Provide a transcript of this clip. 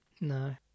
No